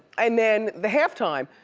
and then the half-time,